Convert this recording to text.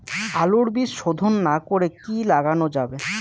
আলুর বীজ শোধন না করে কি লাগানো যাবে?